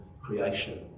creation